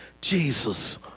Jesus